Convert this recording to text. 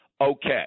Okay